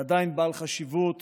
ועדיין בעל חשיבות